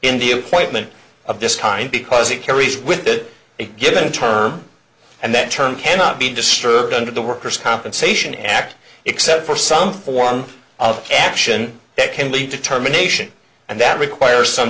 in the appointment of this kind because it carries with it a given term and that term cannot be disturbed under the worker's compensation act except for some form of action that can lead to terminations and that requires some